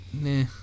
Nah